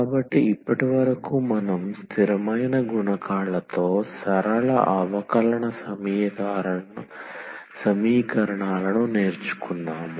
కాబట్టి ఇప్పటివరకు మనం స్థిరమైన గుణకాలతో సరళ అవకలన సమీకరణాలను నేర్చుకున్నాము